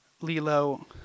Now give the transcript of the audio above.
Lilo